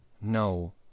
No